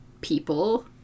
people